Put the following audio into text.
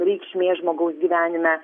reikšmė žmogaus gyvenime